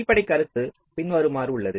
அடிப்படை கருத்து பின்வருமாறு உள்ளது